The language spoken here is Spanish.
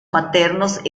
maternos